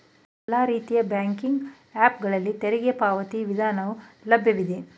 ಎಲ್ಲಾ ರೀತಿಯ banking app ಗಳಲ್ಲಿ ತೆರಿಗೆ ಪಾವತಿ ವಿಧಾನವು ಲಭ್ಯವಿದೆ